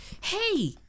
Hey